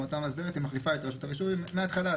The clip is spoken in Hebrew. המועצה המאסדרת מחליפה את רשות הרישוי מהתחלה.